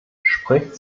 spricht